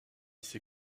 ses